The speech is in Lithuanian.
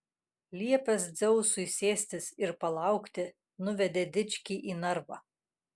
liepęs dzeusui sėstis ir palaukti nuvedė dičkį į narvą